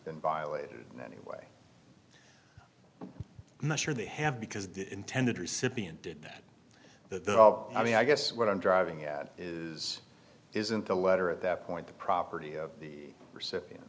been violated anyway not sure they have because the intended recipient did that though i mean i guess what i'm driving at is isn't the letter at that point the property of the recipient